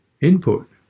input